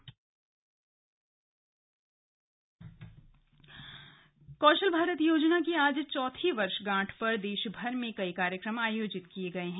slug कौशल दिवस कौशल भारत योजना की आज चौथी वर्षगांठ पर देशभर में कई कार्यक्रम आयोजित किए गए हैं